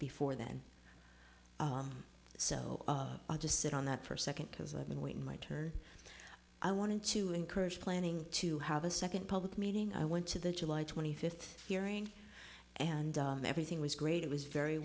before then so i'll just sit on that per second because i've been waiting my turn i wanted to encourage planning to have a second public meeting i went to the july twenty fifth hearing and everything was great it was very